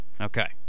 Okay